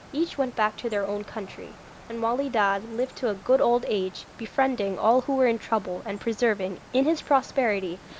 each went back to their own country and wali dad lived to a good old age, befriending all who were in trouble and preserving, in his prosperity,